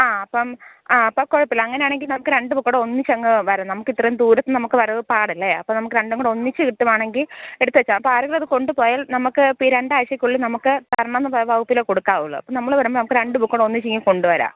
ആ അപ്പം ആ അപ്പം കുഴപ്പമില്ല അങ്ങനാണെങ്കിൽ നമുക്ക് രണ്ട് ബൂക്കൂടെ ഒന്നിച്ചങ്ങ് വരാം നമക്കിത്രേം ദൂരത്ത് നമുക്ക് വരവ് പാടല്ലേ അപ്പം നമുക്ക് രണ്ടും കൂടെ ഒന്നിച്ച് കിട്ടുവാണെങ്കിൽ എടുത്തു വെച്ചാൽ അപ്പോൾ ആരെങ്കിലും അത് കൊണ്ട് പോയാൽ നമുക്ക് ഈ രണ്ടാഴ്ചയ്ക്കുള്ളിൽ നമുക്ക് തരണം എന്നാൽ വ വകുപ്പിലേ കൊടുക്കാവുള്ളൂ നമ്മൾ വരുമ്പോൾ നമുക്ക് രണ്ട് ബൂക്കൂടെ ഒന്നിച്ചിങ്ങ് കൊണ്ട് വരാം